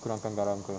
kurangkan garam ke